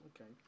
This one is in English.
Okay